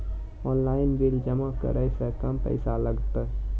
Online bill जमा करै से कम पैसा लागतै?